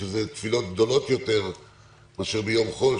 שזה תפילות גדולות יותר מאשר ביום חול,